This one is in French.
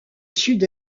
sud